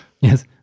Yes